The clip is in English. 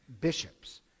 bishops